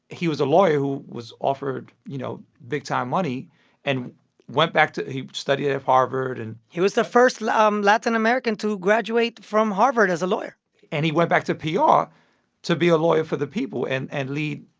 he was a lawyer who was offered, you know, big-time money and went back to he studied at harvard and he was the first um latin american to graduate from harvard as a lawyer and he went back to pr yeah ah to be a lawyer for the people and and lead.